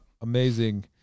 amazing